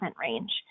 range